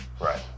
right